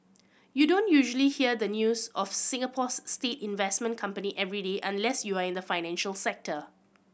you don't usually hear the news of Singapore's state investment company every day unless you're in the financial sector